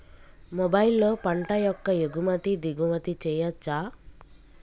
మొబైల్లో పంట యొక్క ఎగుమతి దిగుమతి చెయ్యచ్చా?